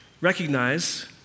recognize